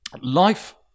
Life